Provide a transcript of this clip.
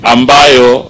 Ambayo